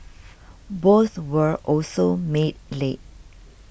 both were also made late